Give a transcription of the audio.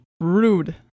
Rude